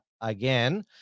again